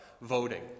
voting